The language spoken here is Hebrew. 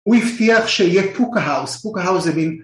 ‫הוא הבטיח שיהיה פוקהאוס. ‫פוקהאוס זה מין...